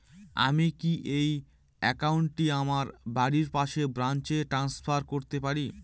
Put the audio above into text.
আমি কি এই একাউন্ট টি আমার বাড়ির পাশের ব্রাঞ্চে ট্রান্সফার করতে পারি?